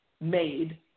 made